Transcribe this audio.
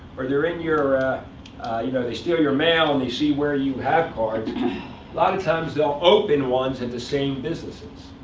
or they're in your you know, they steal your mail, and they see where you have, a lot of times, they'll open ones at the same business.